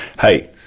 hey